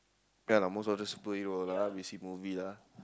ya lah most of the superhero lah we see movie lah